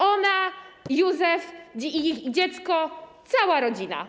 Ona, Józef i dziecko, cała rodzina.